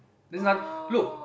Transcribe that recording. there's nothing look